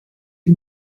die